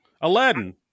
Aladdin